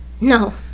No